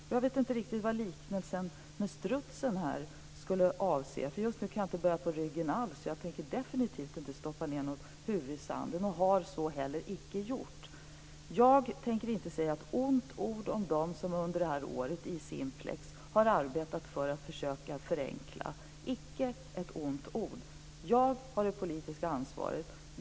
Och jag vet inte riktigt vad liknelsen med strutsen skulle avse. Just nu kan jag inte alls böja på ryggen, och jag tänker definitivt inte stoppa ned huvudet i sanden och har så heller icke gjort. Jag tänker inte säga ett ont ord om de som under det här året i Simplex har arbetat för att försöka förenkla - icke ett ont ord. Jag har det politiska ansvaret.